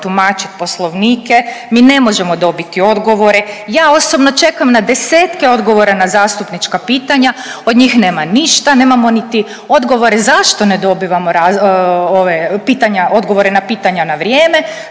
tumačiti Poslovnike, mi ne možemo dobiti odgovore. Ja osobno čekam na desetke odgovora na zastupnička pitanja. Od njih nema ništa. Nemamo niti odgovore zašto ne dobivamo ove pitanja, odgovore na pitanja na vrijeme.